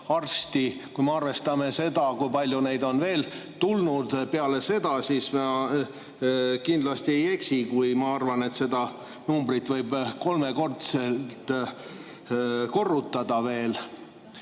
arsti. Kui me arvestame seda, kui palju neid on veel tulnud peale seda, siis ma kindlasti ei eksi, kui arvan, et seda numbrit võib veel kolmega korrutada.